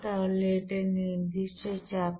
তাহলে এটা নির্দিষ্ট চাপে